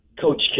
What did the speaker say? Coach